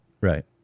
right